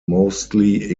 mostly